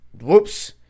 Whoops